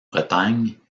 bretagne